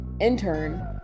intern